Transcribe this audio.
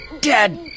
dead